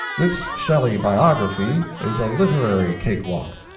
this shelley biography is a literary cake-walk.